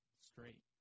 straight